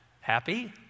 happy